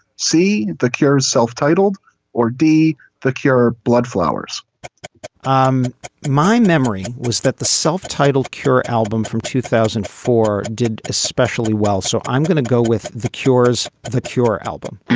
see the cure's self-titled or d the cure. blood flowers um my memory was that the self-titled cure album from two thousand and four did especially well so i'm going to go with the cures the cure album